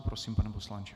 Prosím, pane poslanče.